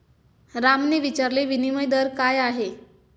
रामने विचारले, विनिमय दर काय आहे?